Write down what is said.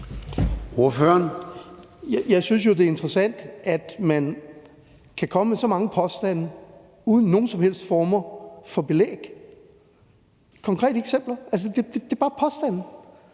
Jeg synes jo, det er interessant, at man kan komme med så mange påstande uden nogen som helst form for belæg og konkrete eksempler. Altså, det er bare påstande.